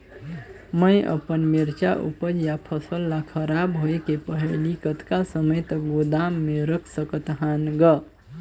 मैं अपन मिरचा ऊपज या फसल ला खराब होय के पहेली कतका समय तक गोदाम म रख सकथ हान ग?